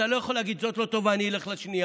אתה לא יכול להגיד: זאת לא טובה, אני אלך לשנייה.